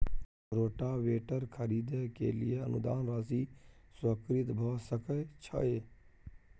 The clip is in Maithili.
रोटावेटर खरीदे के लिए अनुदान राशि स्वीकृत भ सकय छैय?